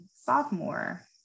sophomore